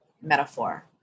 metaphor